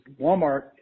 Walmart